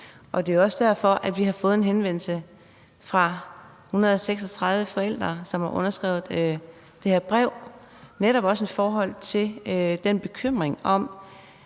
Det er også derfor, vi har fået en henvendelse fra 136 forældre, som har underskrevet det her brev, netop i forhold til den bekymring, om